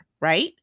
right